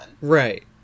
Right